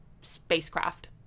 spacecraft